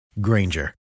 Granger